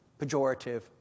pejorative